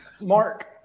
Mark